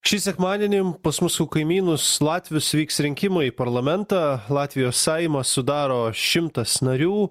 šį sekmadienį pas mūsų kaimynus latvius vyks rinkimai į parlamentą latvijos saimą sudaro šimtas narių